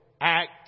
act